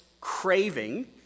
craving